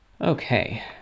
Okay